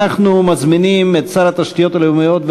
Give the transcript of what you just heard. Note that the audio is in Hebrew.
אנחנו מזמינים את שר התשתיות הלאומיות,